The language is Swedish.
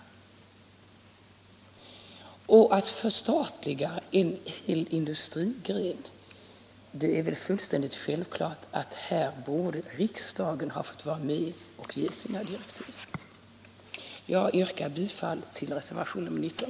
Och när det gäller att förstatliga en hel industrigren är det väl fullständigt självklart att riksdagen borde ha fått vara med och ge sina direktiv. Herr talman! Jag yrkar bifall till reservation nr 19.